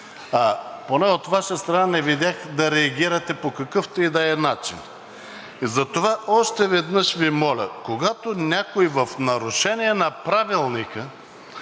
поне от Ваша страна не видях да реагирате по какъвто и да е начин. Затова още веднъж Ви моля, когато някой, в нарушение на Правилника,